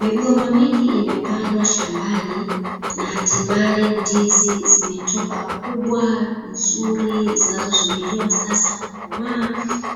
Migomba mingi imepandwa shambani na hatimaye ndizi zimetoka kubwa nzuri, zinazosubiriwa sasa kukomaa